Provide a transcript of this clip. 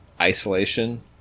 isolation